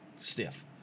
stiff